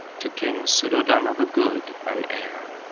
to king suddhodana the good an heir.